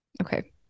okay